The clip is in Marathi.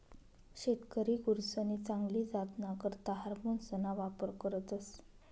शेतकरी गुरसनी चांगली जातना करता हार्मोन्सना वापर करतस